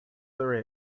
there